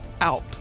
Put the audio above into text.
out